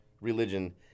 religion